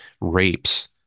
rapes